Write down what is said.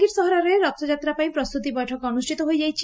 ବଲାଙ୍ଗିର ସହରରେ ରଥଯାତ୍ରା ପାଇଁ ପ୍ରସ୍ତୁତି ବୈଠକ ଅନୁଷ୍ଠିତ ହୋଇଯାଇଛି